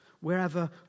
wherever